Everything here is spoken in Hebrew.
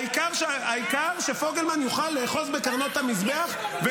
העיקר שפוגלמן יוכל לאחוז בקרנות המזבח -- מה הקשר?